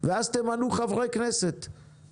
זה התחיל מערנות של חברי הכנסת שאמרו לי: